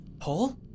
Paul